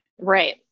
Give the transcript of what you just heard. Right